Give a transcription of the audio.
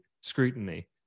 scrutiny